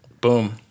Boom